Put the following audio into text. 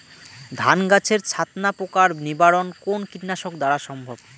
ধান গাছের ছাতনা পোকার নিবারণ কোন কীটনাশক দ্বারা সম্ভব?